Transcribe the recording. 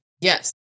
Yes